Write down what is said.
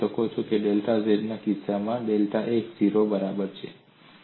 તમે ધરાવી શકો છો ડેલ્ટા z તે કિસ્સામાં ડેલ્ટા x 0 ની બરાબર છે